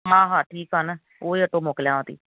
हा हा ठीक आहे न उहो ई अटो मोकिलियांव थी